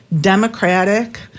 democratic